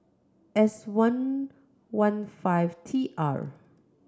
S one one five T R